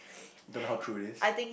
don't know how true it is